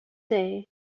day